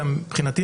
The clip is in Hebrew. מבחינתי,